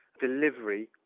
delivery